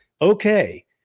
okay